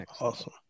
awesome